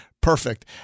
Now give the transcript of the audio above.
perfect